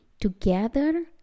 together